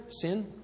sin